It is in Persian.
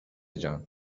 جان